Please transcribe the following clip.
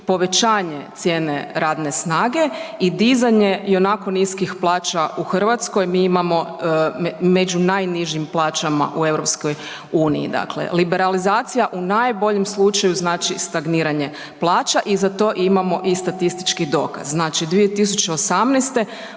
povećanje cijene radne snage i dizanje ionako niskih plaća u Hrvatskoj, mi imamo među najnižim plaćama u EU-u, dakle liberalizacija u najboljim slučaju znači stagniranje plaća i za to imamo i statistički dokaz. Znači 2018.